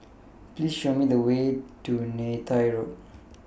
Please Show Me The Way to Neythai Road